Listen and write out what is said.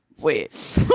Wait